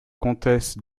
comtesse